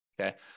okay